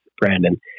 Brandon